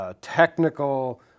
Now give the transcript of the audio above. Technical